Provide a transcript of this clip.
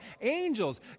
Angels